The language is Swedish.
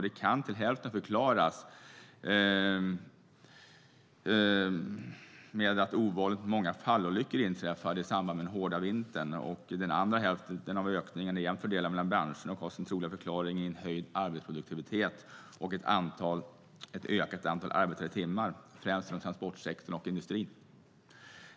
Detta kan till hälften förklaras med att ovanligt många fallolyckor inträffade i samband med den hårda vintern. När det gäller den andra hälften av ökningen är det jämnt fördelat mellan branscher. Här är den troliga förklaringen höjd arbetsproduktivitet och ett ökat antal arbetade timmar, främst inom transportsektorn och industrin.